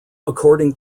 according